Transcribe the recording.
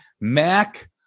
Mac